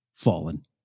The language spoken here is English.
fallen